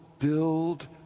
build